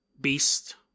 beast